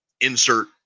insert